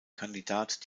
kandidat